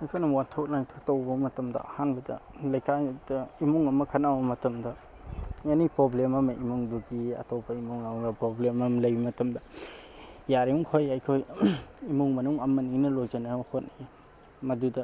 ꯑꯩꯈꯣꯏꯅ ꯋꯥꯊꯣꯛ ꯂꯥꯟꯊꯣꯛ ꯇꯧꯕ ꯃꯇꯝꯗ ꯑꯍꯥꯟꯕꯗ ꯂꯩꯀꯥꯏꯗ ꯏꯃꯨꯡ ꯑꯃ ꯈꯠꯅꯕ ꯃꯇꯝꯗ ꯑꯦꯅꯤ ꯄꯣꯕ꯭ꯂꯦꯝ ꯑꯃ ꯏꯃꯨꯡꯗꯨꯒꯤ ꯑꯇꯣꯞꯄ ꯏꯃꯨꯡ ꯑꯃꯒ ꯄꯣꯕ꯭ꯂꯦꯝ ꯑꯃ ꯂꯩ ꯃꯇꯝꯗ ꯌꯥꯔꯤꯃꯈꯩꯏ ꯑꯩꯈꯣꯏ ꯏꯃꯨꯡ ꯃꯅꯨꯡ ꯑꯃꯅꯤꯅ ꯂꯣꯏꯁꯤꯟꯅꯕ ꯍꯣꯠꯅꯩ ꯃꯗꯨꯗ